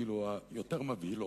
כאילו היותר מבהילות.